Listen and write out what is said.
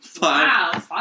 Wow